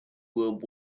world